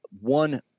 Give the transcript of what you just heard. one